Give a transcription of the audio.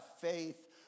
faith